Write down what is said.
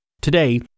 Today